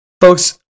Folks